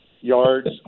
yards